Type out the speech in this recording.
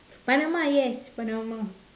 panama yes panama